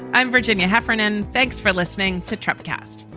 i'm virginia heffernan. thanks for listening to trump cast